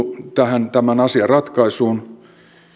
tähän tämän asian ratkaisuun on tultu